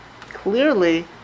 clearly